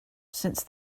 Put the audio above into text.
since